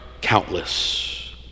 countless